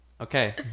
Okay